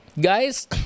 guys